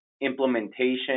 implementation